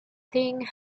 thing